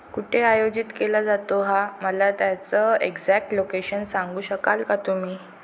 कुठे आयोजित केला जातो हा मला त्याचं एक्झॅक्ट लोकेशन सांगू शकाल का तुम्ही